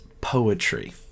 poetry